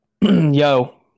yo